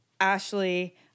Ashley